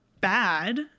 bad